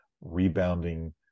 Rebounding